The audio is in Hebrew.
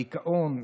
הדיכאון,